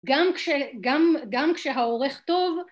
גם כשהעורך טוב